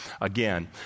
again